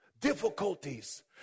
Difficulties